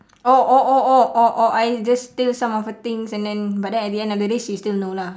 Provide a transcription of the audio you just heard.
oh oh oh oh or or I just steal some of her things and then but then at the end of the day she still know lah